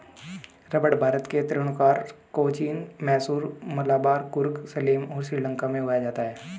रबड़ भारत के त्रावणकोर, कोचीन, मैसूर, मलाबार, कुर्ग, सलेम और श्रीलंका में उगाया जाता है